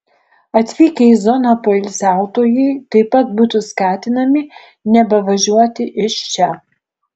atvykę į zoną poilsiautojai taip pat būtų skatinami nebevažiuoti iš čia